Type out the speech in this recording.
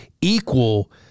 equal